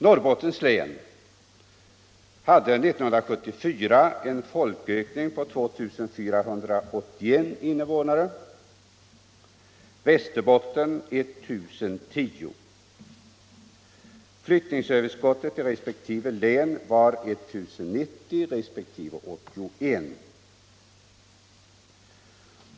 Norrbottens län hade 1974 en folkökning på 2 281 invånare och Västerbotten 1 010. Flyttningsöverskottet i dessa län var 1090 resp. 81.